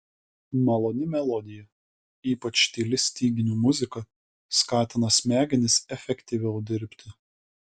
maloni melodija ypač tyli styginių muzika skatina smegenis efektyviau dirbti